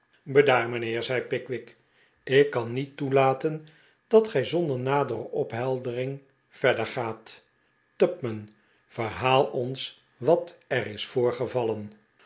bedaar mijnheer zei pickwick ik kan niet toelaten dat gij zonder nadere opheldering verder gaat tupman verhaal ons wat er is voorgevallen